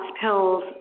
pills